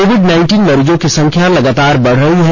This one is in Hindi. कोविड मरीजों की संख्या लगातार बढ़ रही है